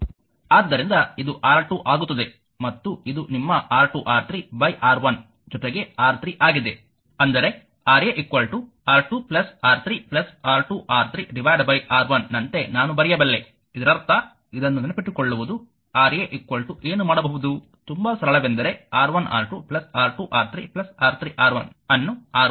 ಆದ್ದರಿಂದ ಇದು R2 ಆಗುತ್ತದೆ ಮತ್ತು ಇದು ನಿಮ್ಮ R2R3 R1 ಜೊತೆಗೆ R3 ಆಗಿದೆ ಅಂದರೆ Ra R2 R3 R2R3 R1 ನಂತೆ ನಾನು ಬರೆಯಬಲ್ಲೆ ಇದರರ್ಥ ಇದನ್ನು ನೆನಪಿಟ್ಟುಕೊಳ್ಳುವುದು Ra ಏನು ಮಾಡಬಹುದು ತುಂಬಾ ಸರಳವೆಂದರೆ R1R2 R2R3 R3R1 ಅನ್ನು R1ನಿಂದ ವಿರುದ್ಧವಾಗಿ ಭಾಗಿಸಿ